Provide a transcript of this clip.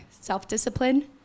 self-discipline